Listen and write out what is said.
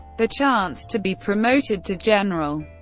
the chance to be promoted to general.